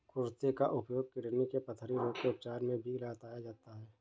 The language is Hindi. कुर्थी का उपयोग किडनी के पथरी रोग के उपचार में भी बताया जाता है